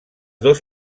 dos